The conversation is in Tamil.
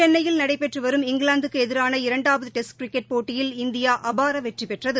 சென்னையில் நடைபெற்று வரும் இங்கிலாந்துக்கு எதிரான இரண்டாவது டெஸ்ட் கிரிக்கெட் போட்டியில் இந்தியா அபார வெற்றிபெற்றது